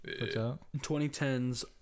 2010s